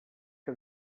que